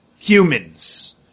Humans